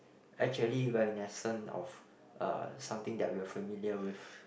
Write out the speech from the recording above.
actually reminiscent of uh something that we are familiar with